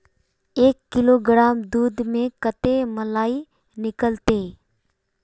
एक किलोग्राम दूध में कते मलाई निकलते?